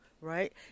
right